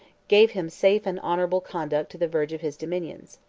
gave him safe and honorable conduct to the verge of his dominions.